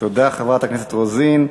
תודה, חברת הכנסת רוזין.